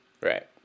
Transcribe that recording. Right